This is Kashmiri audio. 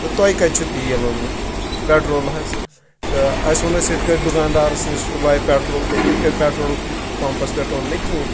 تہٕ تۄہِہ کَتہِ چھُ تیٖل اوٚنمُت پٮ۪ٹرول حظ تہٕ اَسہِ ووٚنُس یِتھ کٲٹھۍ دُکاندارَس نِش تُلیو پٮ۪ٹرول تہٕ یِتھ کٲٹھۍ پٮ۪ٹرول پَمپَس پٮ۪ٹھ اوٚن نہٕ کِہینۍ